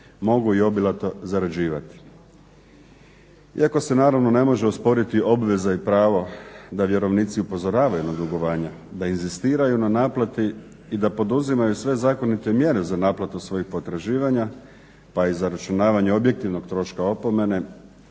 mogu i obilato zarađivati. Iako, se naravno ne može osporiti obveza i pravo da vjerovnici upozoravaju na dugovanje, da inzistiraju na naplati i da poduzimaju sve zakonite mjera za naplatu svojih potraživanja, pa i zaračunavanje objektivnog troška opomene.